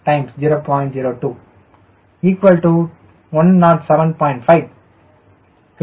0220lbft2107